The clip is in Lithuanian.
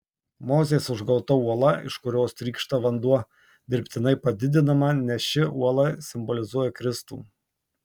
mozės užgauta uola iš kurios trykšta vanduo dirbtinai padidinama nes ši uola simbolizuoja kristų